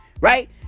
Right